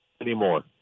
Anymore